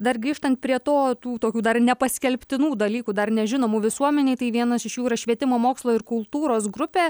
dar grįžtant prie to tų tokių dar nepaskelbtinų dalykų dar nežinomų visuomenei tai vienas iš jų yra švietimo mokslo ir kultūros grupė